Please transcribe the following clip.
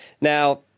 Now